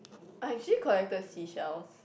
I actually collected seashells